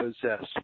possess